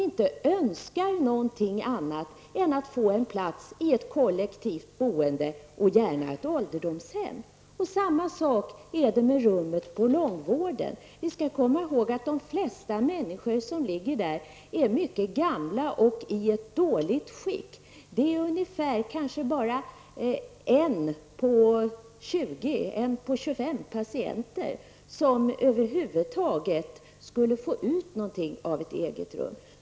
De önskar inte något annat än att få en plats i kollektivt boende -- gärna då ett ålderdomshem. Samma sak är det med rummet på långvården. Vi skall komma ihåg att de flesta människor som ligger där är mycket gamla och i ett dåligt skick. Det är kanske bara en på 20--25 patienter som över huvud taget skulle få ut något av att ha ett eget rum.